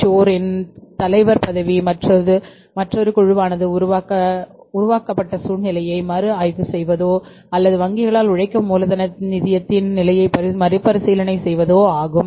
சோரின் தலைவர் பதவி மற்றொரு குழுவானது உருவாக்கப்பட்ட சூழ்நிலையை மறுஆய்வு செய்வதோ அல்லது வங்கிகளால் உழைக்கும் மூலதன நிதியத்தின் நிலையை மறுபரிசீலனை செய்வதோ ஆகும்